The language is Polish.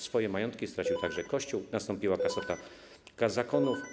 Swoje majątki stracił także Kościół, nastąpiła kasata zakonów.